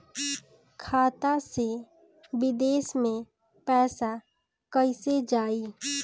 खाता से विदेश मे पैसा कईसे जाई?